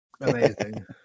Amazing